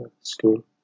school